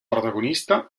protagonista